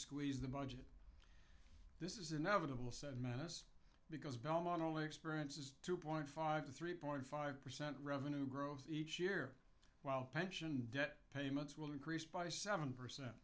squeeze the budget this is inevitable said menace because belmont only experiences two point five to three point five percent revenue growth each year while pension debt payments will increase by seven percent